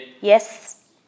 Yes